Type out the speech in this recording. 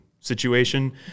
situation